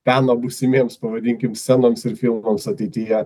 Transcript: peno būsimiems pavadinkim scenoms ir filmams ateityje